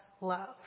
love